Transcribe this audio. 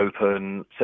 open